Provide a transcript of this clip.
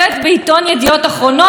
מעולם, אני הקראתי פה.